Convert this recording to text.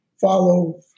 follow